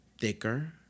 thicker